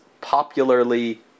popularly